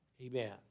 amen